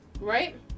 Right